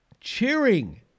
cheering